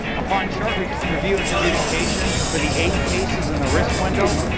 upon short review in a adjudication for the eight cases in the risk window,